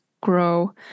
grow